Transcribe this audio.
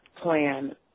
plan